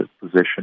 position